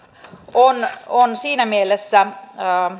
on on siinä mielessä